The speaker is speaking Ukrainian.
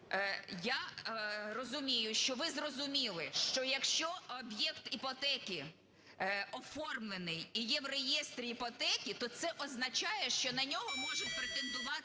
Я розумію, що ви зрозуміли, що якщо об'єкт іпотеки оформлений і є в реєстрі іпотеки, то це означає, що на нього можуть претендувати